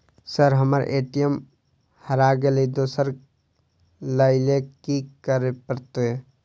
Sir हम्मर ATM हरा गइलए दोसर लईलैल की करऽ परतै?